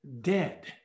dead